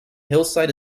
hillside